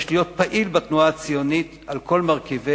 יש להיות פעיל בתנועה הציונית על כל מרכיביה,